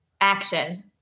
action